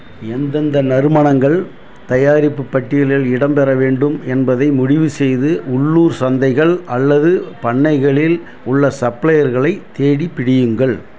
எந்தெந்த நறுமணங்கள் தயாரிப்புப் பட்டியலில் இடம்பெற வேண்டும் என்பதை முடிவுசெய்து உள்ளூர் சந்தைகள் அல்லது பண்ணைகளில் உள்ள சப்ளையர்களைத் தேடிப் பிடியுங்கள்